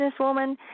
businesswoman